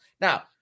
Now